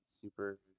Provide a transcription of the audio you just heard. super